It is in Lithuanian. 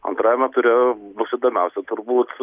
antrajame ture bus įdomiausia turbūt